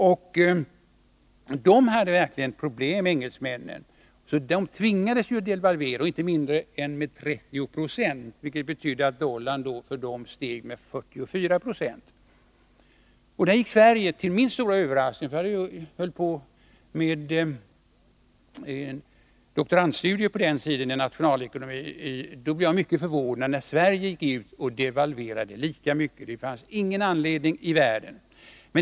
Engelsmännen hade verkligen problem, så de tvingades devalvera, och med inte mindre än 30 96, vilket betydde att dollarn för dem steg med 44 96. Jag höll på den tiden på med doktorandstudier i nationalekonomi, och jag blev förvånad när Sverige gick ut och devalverade lika mycket. Det fanns ingen anledning i världen till det.